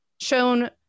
shown